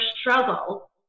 struggle